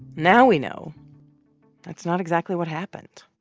now we know that's not exactly what happened